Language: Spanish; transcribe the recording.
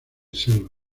selva